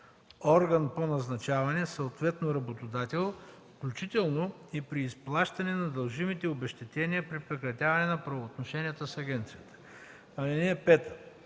орган по назначаване, съответно работодател, включително и при изплащане на дължимите обезщетения при прекратяване на правоотношенията с агенцията. (5)